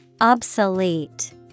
Obsolete